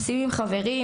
נוסעים עם חברים,